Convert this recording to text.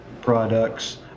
products